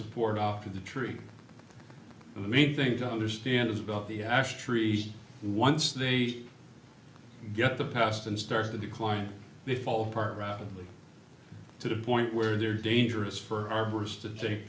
support off of the tree and the main thing to understand is about the ash trees once they yet the past and start to decline they fall apart rapidly to the point where they're dangerous for